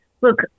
look